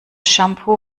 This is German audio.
shampoo